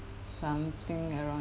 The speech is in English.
something around